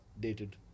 dated